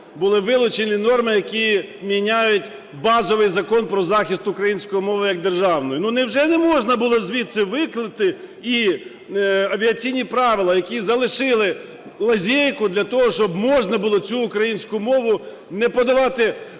були вилучені норми, які міняють базовий Закон про захист української мови як державної. Невже не можна було звідси викреслити і авіаційні правила, які залишили лазейку для того, щоб можна було цю українську мову не подавати,